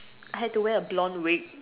I had to wear a blond wig